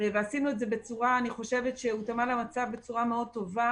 ואני חושבת שעשינו את זה בצורה שהותאמה למצב בצורה מאוד טובה